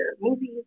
movies